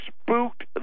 spooked